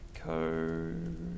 Code